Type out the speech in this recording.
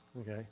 Okay